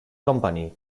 company